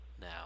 now